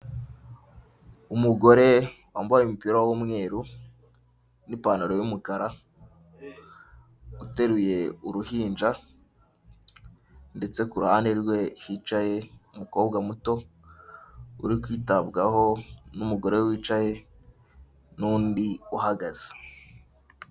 Umugore wambaye umupira w'umweru n'ipantaro y'umukara uteruye uruhinja ndetse ku ruhande rwe hicaye umukobwa muto uri kwitabwaho n'umugore wicaye n'undi uhagaze.